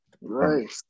Right